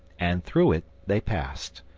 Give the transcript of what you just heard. and through it they passed.